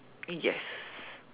yes